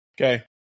okay